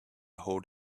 hold